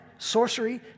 Sorcery